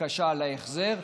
בקשה להחזר,